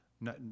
No